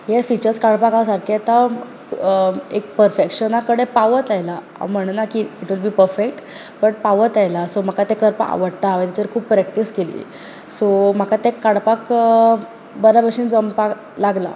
हे फिचर्ज काडपाक सारके येता एक पर्फेकशना कडेन पावत आयलां हांव म्हणना की it will be perfect but पावत आयलां सो म्हाका तें करपाक आवडटा हांवें जर खूब प्रॅक्टीस केली सो म्हाका तें काडपाक बऱ्या भशेन जमपाक लागलां